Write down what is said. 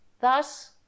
Thus